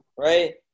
right